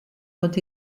ont